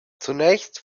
zunächst